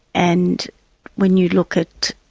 and when you look at,